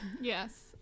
Yes